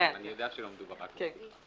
אבל אני יודע שלא מדובר רק על קדיחה.